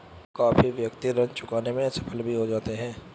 काफी व्यक्ति ऋण चुकाने में असफल भी हो जाते हैं